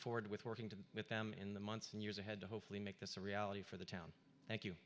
forward with working to with them in the months and years ahead to hopefully make this a reality for the town thank you